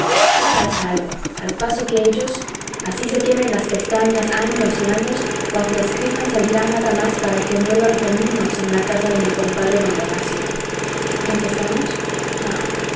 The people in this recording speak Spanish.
tú harás algo al paso que ellos así se quemen las pestañas años y años cuanto escriban servirá nada más para que envuelvan cominos en la casa de mi compadre don venancio contestamos no